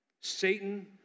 Satan